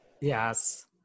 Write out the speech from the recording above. Yes